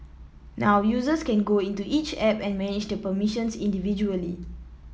now users can go into each app and manage the permissions individually